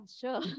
sure